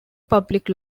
public